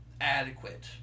adequate